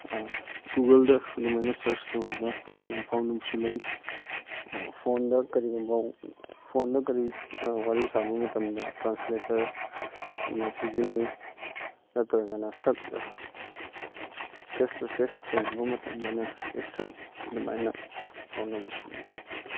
ꯒꯨꯒꯜꯗ ꯑꯗꯨꯃꯥꯏꯅ ꯁꯔꯁ ꯇꯧꯔꯒ ꯑꯗꯨꯃꯥꯏꯅ ꯐꯥꯎꯅꯕꯁꯨ ꯂꯩ ꯐꯣꯟꯗ ꯀꯔꯤꯒꯨꯝꯕ ꯐꯣꯟꯗ ꯀꯔꯤ ꯋꯥꯔꯤ ꯁꯥꯕ ꯃꯇꯝꯗ ꯇ꯭ꯔꯥꯅꯁꯂꯦꯇꯔ ꯑꯃ ꯁꯤꯖꯤꯟꯅꯩ ꯅꯠꯇ꯭ꯔꯒꯅ ꯁꯛ ꯐꯦꯁ ꯇꯨ ꯐꯦꯁ ꯊꯦꯡꯅꯕ ꯃꯇꯝꯗꯅ ꯑꯦꯛꯁꯟ ꯑꯗꯨꯃꯥꯏꯅ ꯐꯥꯎꯅꯕꯁꯨ ꯂꯩ